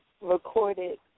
recorded